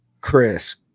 Chris